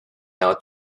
now